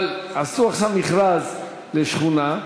אבל עשו עכשיו מכרז לשכונה,